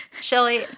Shelly